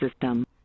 system